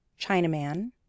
Chinaman